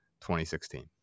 2016